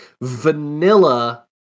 vanilla